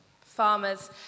farmers